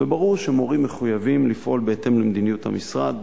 וברור שמורים מחויבים לפעול בהתאם למדיניות המשרד,